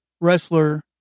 wrestler